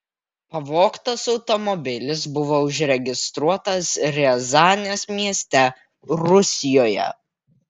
pavogtas automobilis buvo užregistruotas riazanės mieste rusijoje